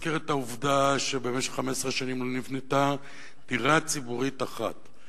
צריך להזכיר את העובדה שבמשך 15 שנים לא נבנתה דירה ציבורית אחת.